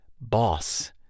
boss